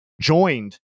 joined